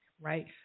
right